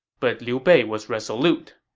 but liu bei was resolute.